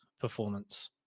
performance